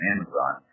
Amazon